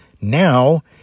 now